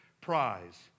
prize